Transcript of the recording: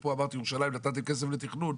אפרופו אמרתם לירושלים נתתם כסף לתכנון,